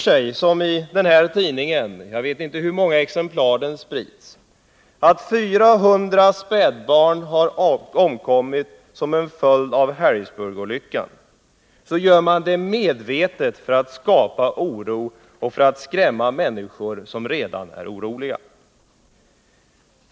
När man i dess tidning — jag vet inte i hur många exemplar den har spritts — kastar ut att 400 spädbarn har omkommit till följd av Harrisburgolyckan, gör man det medvetet för att skapa oro och för att skrämma människor som redan är oroliga.